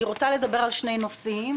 אני רוצה לדבר על שני נושאים.